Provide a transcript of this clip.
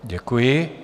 Děkuji.